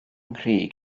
nghri